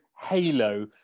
halo